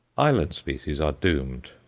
island species are doomed,